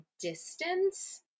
distance